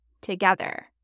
together